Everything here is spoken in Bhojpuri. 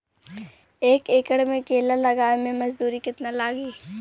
एक एकड़ में केला लगावे में मजदूरी कितना लागी?